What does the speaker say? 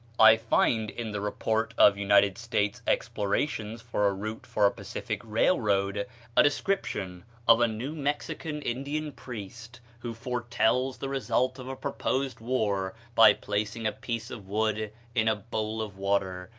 i find in the report of united states explorations for a route for a pacific railroad a description of a new mexican indian priest, who foretells the result of a proposed war by placing a piece of wood in a bowl of water,